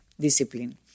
discipline